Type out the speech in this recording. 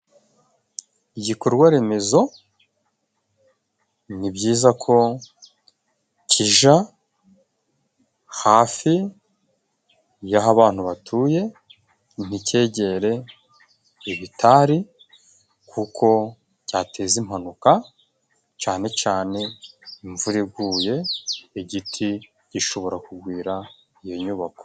Igikorwa remezo, ni byiza ko kijya hafi y'aho abantu batuye nticyegere ibitari, kuko cyateza impanuka cyane cyane imvura iguye, igiti gishobora kugwira iyo nyubako.